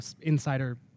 insider